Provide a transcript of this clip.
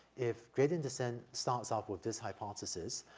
if gradient descent starts off with this hypothesis,